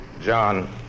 John